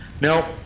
Now